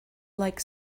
like